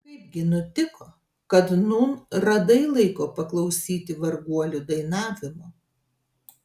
kaipgi nutiko kad nūn radai laiko paklausyti varguolių dainavimo